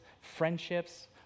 friendships